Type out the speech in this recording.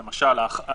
הם רוצים, שיכריזו.